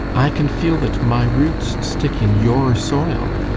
i can feel that my roots stick in your soil,